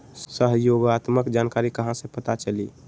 सहयोगात्मक जानकारी कहा से पता चली?